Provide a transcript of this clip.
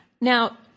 Now